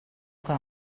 que